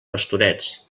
pastorets